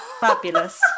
fabulous